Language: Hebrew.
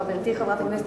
חברתי חברת הכנסת,